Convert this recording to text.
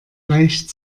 leicht